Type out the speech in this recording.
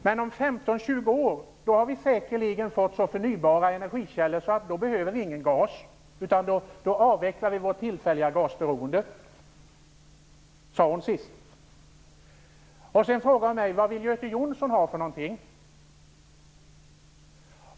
Men om 15-20 år har vi säkerligen fått så förnybara energikällor att vi inte behöver någon gas. Då avvecklar vi vårt tillfälliga gasberoende. Sedan frågade hon mig: Vad vill Göte Jonsson ha för någonting?